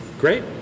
Great